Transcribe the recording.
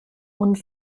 und